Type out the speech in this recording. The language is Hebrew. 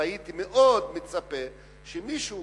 והייתי מאוד מצפה שמישהו,